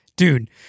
Dude